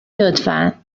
لطفا